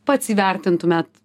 pats įvertintumėt